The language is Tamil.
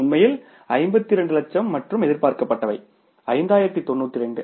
உண்மையில் 52 லட்சம் மற்றும் எதிர்பார்க்கப்பட்டவை 5092